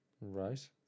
Right